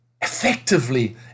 effectively